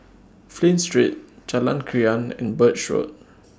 Flint Street Jalan Krian and Birch Road